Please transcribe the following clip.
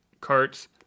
carts